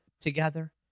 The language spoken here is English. together